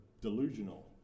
delusional